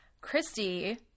Christy